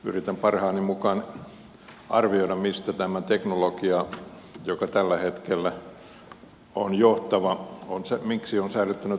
yritän parhaani mukaan arvioida miksi tämä teknologia joka tällä hetkellä on johtava on säilyttänyt asemansa